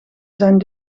zijn